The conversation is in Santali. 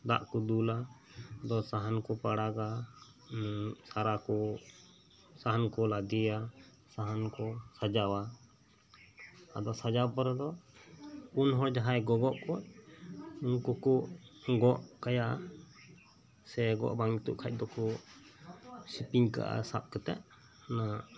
ᱫᱟᱜ ᱠᱚ ᱫᱩᱞᱟ ᱟᱫᱚ ᱥᱟᱦᱟᱱ ᱠᱚ ᱯᱟᱲᱟᱜᱟ ᱥᱟᱨᱟ ᱠᱚ ᱥᱟᱦᱟᱱ ᱠᱚ ᱞᱟᱫᱮᱭᱟ ᱥᱟᱦᱟᱱ ᱠᱚ ᱥᱟᱡᱟᱣᱟ ᱟᱫᱚ ᱥᱟᱡᱟᱣ ᱯᱚᱨᱮ ᱫᱚ ᱯᱩᱱ ᱦᱚᱲ ᱡᱟᱦᱟᱭ ᱜᱚᱜᱚᱜ ᱠᱚ ᱩᱱᱠᱩᱠᱚ ᱜᱚᱜ ᱠᱟᱭᱟ ᱥᱮ ᱜᱚᱜ ᱵᱟᱝ ᱡᱩᱛᱩᱜ ᱠᱷᱟᱡ ᱫᱚᱠᱚ ᱥᱤᱯᱤᱧ ᱠᱟᱜᱼᱟ ᱥᱟᱯ ᱠᱟᱛᱮ